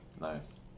nice